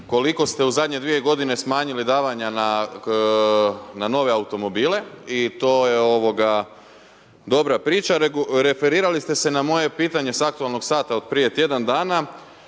koliko ste u zadnje dvije godine smanjili davanja na nove automobile i to je dobra priča. Referirali ste se na moje pitanje sa aktualnog sata od prije tjedan dana